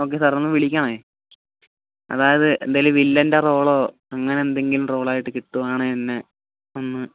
okay sir ഒന്ന് വിളിക്കണേ അതായത് എന്തേലും വില്ലൻ്റെ റോളോ അങ്ങനെ എന്തെങ്കിലും റോളായിട്ട് കിട്ടുവാണേ എന്നെ ഒന്ന്